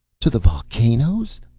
to the volcanoes!